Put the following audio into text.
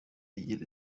igira